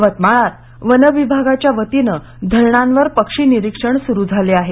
यवतमाळात वनविभागाच्या वतीनं धरणांवर पक्षी निरीक्षण सुरु झालेआहे